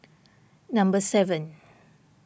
number seven